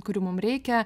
kurių mum reikia